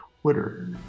Twitter